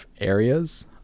areas